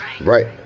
Right